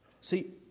See